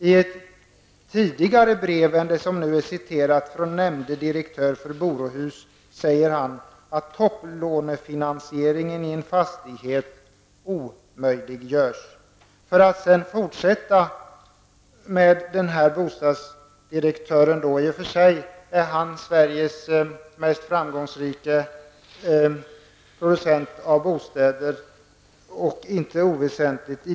I ett tidigare brev än det som nu har citerats från nämnde direktör för Borohus säger han att topplånefinansieringen i en fastighet omöjliggörs. Vi kan fortsätta med den här bostadsdirektörens uttalanden. I och för sig är han Sveriges mest framgångsrike producent av bostäder och det är inte oväsentligt.